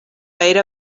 era